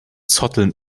zotteln